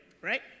right